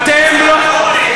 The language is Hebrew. אתם לא, הוצאה להורג.